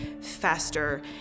faster